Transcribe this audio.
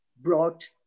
brought